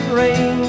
rain